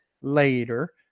later